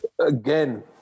Again